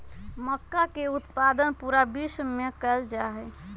मक्का के उत्पादन पूरा विश्व में कइल जाहई